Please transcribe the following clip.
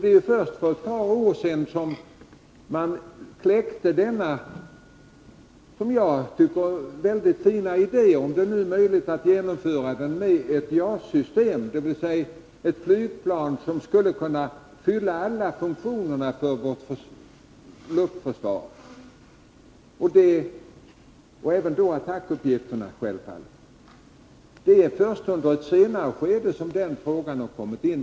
Det var först för ett par år sedan som man kläckte denna, som jag tycker fina idé — om det nu är möjligt att genomföra den — med ett JAS-system, dvs. ett flygplan som skall kunna fylla alla funktionerna för vårt luftförsvar, självfallet även attackuppgifterna. Det är först under ett senare skede som den frågan har kommit in.